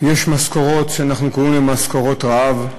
יש משכורות שאנחנו קוראים להן משכורות רעב,